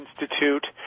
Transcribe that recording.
Institute